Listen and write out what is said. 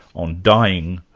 on dying,